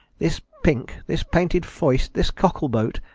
this pinclc, this painted foist, this cockle-boat,